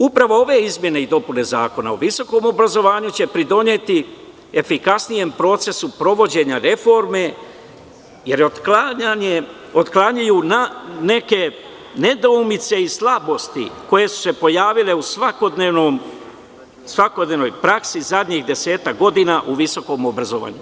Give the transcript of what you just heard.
Upravo ove izmene i dopune Zakona o visokom obrazovanju će pridoneti efikasnijem procesu provođenja reforme jer otklanjaju na neke nedoumice i slabosti koje su se pojavile u svakodnevnoj praksi zadnjih desetak godina u visokom obrazovanju.